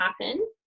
happen